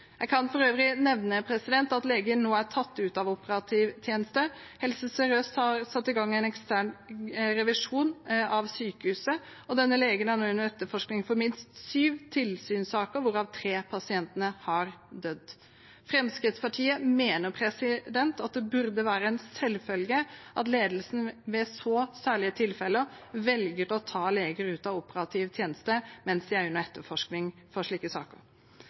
Jeg kan for øvrig nevne at legen nå er tatt ut av operativ tjeneste. Helse Sør-Øst har satt i gang en ekstern revisjon av sykehuset, og denne legen er nå under etterforskning i minst syv tilsynssaker. Tre pasienter har dødd. Fremskrittspartiet mener det burde være en selvfølge at ledelsen ved så særlige tilfeller velger å ta leger ut av operativ tjeneste mens de er under etterforskning i slike saker.